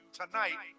tonight